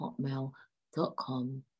hotmail.com